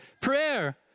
Prayer